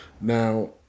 now